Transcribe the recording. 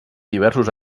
diversos